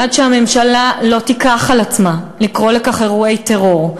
עד שהממשלה לא תיקח על עצמה לקרוא לכך אירועי טרור,